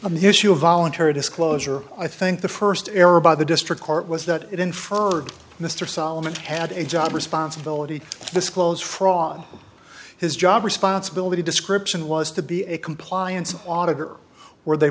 on the issue of voluntary disclosure i think the first error by the district court was that it inferred mr solomon had a job responsibility to disclose fraud his job responsibility description was to be a compliance auditor were they